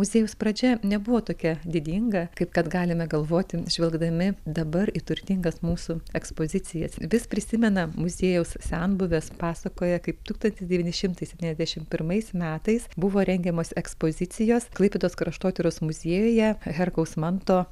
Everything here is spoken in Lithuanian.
muziejaus pradžia nebuvo tokia didinga kaip kad galime galvoti žvelgdami dabar į turtingas mūsų ekspozicijas vis prisimena muziejaus senbuvės pasakoja kaip tūkstantis devyni šimtai septyniasdešim pirmais metais buvo rengiamos ekspozicijos klaipėdos kraštotyros muziejuje herkaus manto